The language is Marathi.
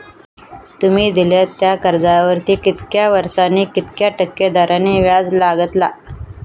तुमि दिल्यात त्या कर्जावरती कितक्या वर्सानी कितक्या टक्के दराने व्याज लागतला?